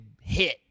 hit